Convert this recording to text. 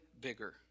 bigger